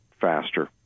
faster